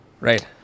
Right